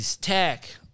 tech